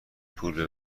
پول